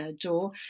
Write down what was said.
door